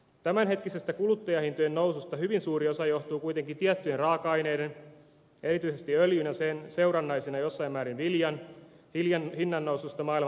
tämänhetkisestä kuluttajahintojen noususta hyvin suuri osa johtuu kuitenkin tiettyjen raaka aineiden erityisesti öljyn ja sen seurannaisena jossain määrin viljan hinnan noususta maailmanmarkkinoilla